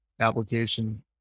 application